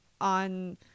on